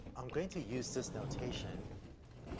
i'm going to use this notation,